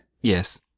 Yes